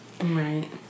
Right